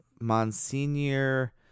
monsignor